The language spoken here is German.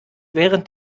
während